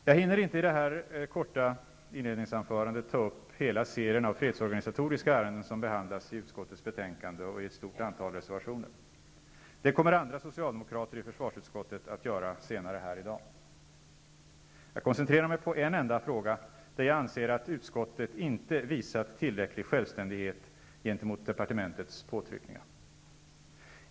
Jag hinner inte i det här korta inledningsanförandet ta upp hela serien av fredsorganisatoriska ärenden som behandlas i utskottets betänkande och i ett stort antal reservationer. Det kommer andra socialdemokrater i försvarsutskottet att göra senare här i dag. Jag koncenterar mej på en enda fråga, där jag anser att utskottet inte visat tillräcklig självständighet gentemot departementets påtryckningar.